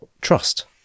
trust